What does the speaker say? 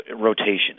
rotation